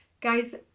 guys